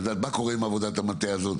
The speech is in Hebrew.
לדעת מה קורה עם עבודת המטה הזאת?